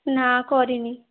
ନା କରିନି